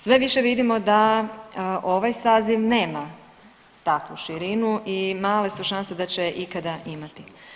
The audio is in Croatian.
Sve više vidimo da ovaj saziv nema takvu širinu i male su šanse da će je ikada imati.